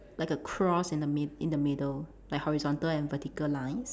like a cross in the in the middle like horizontal and vertical lines